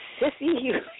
Sissy